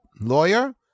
lawyer